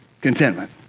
Contentment